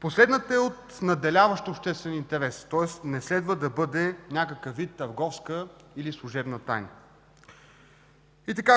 Последното е от надделяващ обществен интерес, тоест не следва да бъде някакъв вид търговска или служебна тайна.